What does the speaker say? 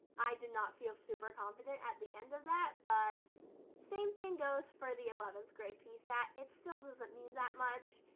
i did not feel super confident at the end of that, but same thing goes for the eleventh grade psat, it still doesn't mean that much.